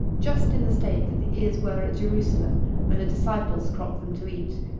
just in the state that the ears were at jerusalem when the disciples cropped them to eat.